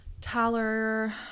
Tyler